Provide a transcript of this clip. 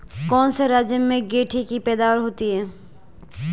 कौन से राज्य में गेंठी की पैदावार होती है?